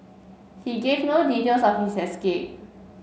he gave no details of his escape